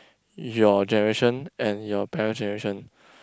your generation and your parent's generation